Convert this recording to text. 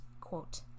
quote